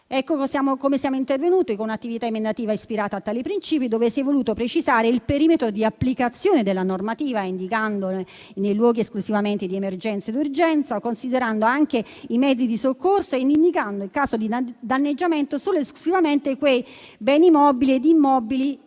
le pene. Siamo intervenuti con un'attività emendativa ispirata a tali principi, dove si è voluto precisare il perimetro di applicazione della normativa, indicando i luoghi esclusivamente di emergenza ed urgenza, considerando anche i mezzi di soccorso e indicando, in caso di danneggiamento, solo ed esclusivamente quei beni mobili ed immobili